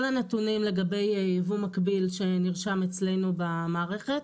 הנתונים לגבי ייבוא מקביל שנרשמו אצלנו במערכת.